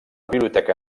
biblioteca